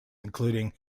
including